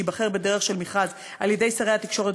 שייבחר בדרך של מכרז על-ידי שרי התקשורת